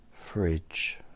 Fridge